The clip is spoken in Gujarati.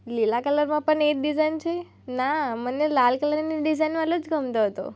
લીલા કલરમાં પણ એ જ ડિઝાઇન છે ના મને લાલ કલરની ડિઝાઇનવાળો જ ગમતો હતો